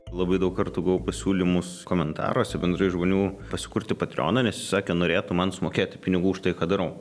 labai daug kartų gavau pasiūlymus komentaruose bendrai žmonių pasikurti patreoną nes jis sakė norėtų man sumokėti pinigų už tai ką darau